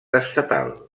estatal